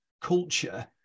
culture